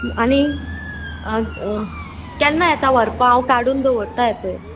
आनी केन्ना येता व्हरपा हांव काडून दवरता हे पय